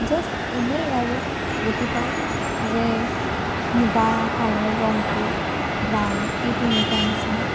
just এনেই আৰু দেখি পায় যে মূগা কালাৰ ৰঙটো ব্ৰাউন এই তেনেকুৱা নিচিনা